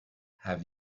have